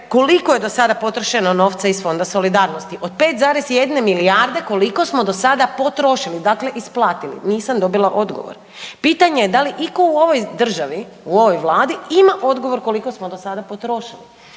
koliko je do sada potrošeno novca iz Fonda solidarnosti od 5,1 milijarde, koliko smo do sada potrošili, dakle isplatili, nisam dobila odgovor. Pitanje je da li itko u ovoj državi, u ovoj Vladi ima odgovor koliko smo do sada potrošili.